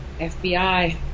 FBI